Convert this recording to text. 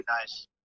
nice